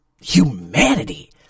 humanity